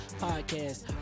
podcast